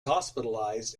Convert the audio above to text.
hospitalized